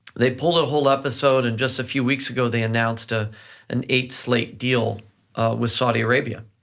they pulled out a whole episode, and just a few weeks ago, they announced ah an eight-slate deal with saudi arabia.